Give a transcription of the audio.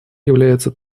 является